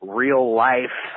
real-life